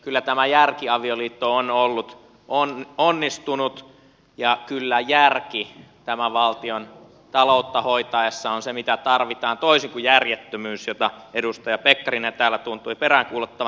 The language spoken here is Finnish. kyllä tämä järkiavioliitto on ollut onnistunut ja kyllä järki tämän valtion taloutta hoidettaessa on se mitä tarvitaan toisin kuin järjettömyyttä jota edustaja pekkarinen täällä tuntui peräänkuuluttavan